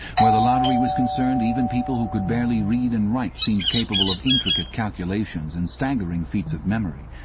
where the lottery was concerned, even people who could barely read and write seemed capable of intricate calculations and staggering feats of memory.